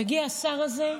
מגיע השר הזה,